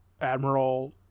Admiral